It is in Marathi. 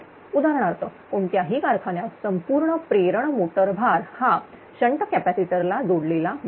उदाहरणार्थ कोणत्याही कारखान्यात संपूर्ण प्रेरण मोटर भार हा शंट कॅपॅसिटर ला जोडलेला मिळतो